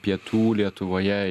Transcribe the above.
pietų lietuvoje